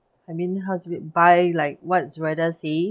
I mean how did it buy like what zuraidah say